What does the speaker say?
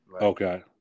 Okay